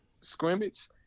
scrimmage